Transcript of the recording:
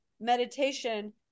meditation